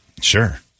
Sure